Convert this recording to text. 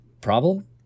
problem